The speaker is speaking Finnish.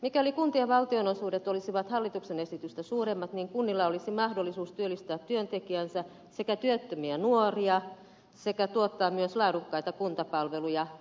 mikäli kuntien valtionosuudet olisivat hallituksen esitystä suuremmat kunnilla olisi mahdollisuus työllistää työntekijänsä sekä työttömiä nuoria sekä tuottaa myös laadukkaita kuntapalveluja vauvasta vaariin